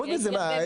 חוץ מזה, מה?